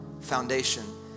foundation